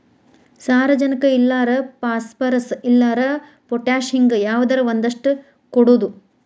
ಸಾರಜನಕ ಇಲ್ಲಾರ ಪಾಸ್ಪರಸ್, ಇಲ್ಲಾರ ಪೊಟ್ಯಾಶ ಹಿಂಗ ಯಾವದರ ಒಂದಷ್ಟ ಕೊಡುದು